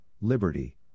liberty